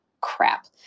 Crap